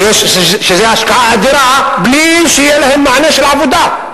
שזו השקעה אדירה, בלי שיהיה להם מענה של עבודה.